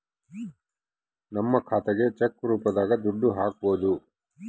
ನಮ್ ಖಾತೆಗೆ ಚೆಕ್ ರೂಪದಾಗ ದುಡ್ಡು ಹಕ್ಬೋದು